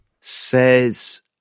says